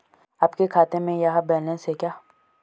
आपके खाते में यह बैलेंस है क्या?